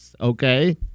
Okay